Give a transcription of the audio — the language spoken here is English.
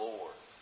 Lord